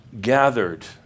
gathered